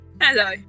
Hello